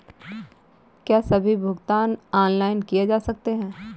क्या सभी भुगतान ऑनलाइन किए जा सकते हैं?